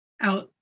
out